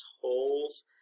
holes